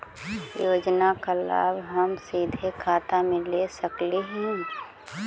योजना का लाभ का हम सीधे खाता में ले सकली ही?